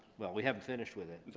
well we haven't finished with it